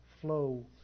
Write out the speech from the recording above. flow